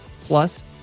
Plus